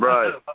Right